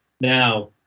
Now